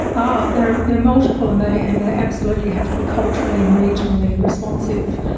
oh they're they're multiple and they and ah absolutely have to be culturally and regionally responsive.